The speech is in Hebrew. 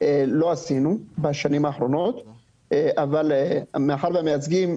לא עשינו בשנים האחרונות אבל מאחר ומייצגים הם